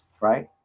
right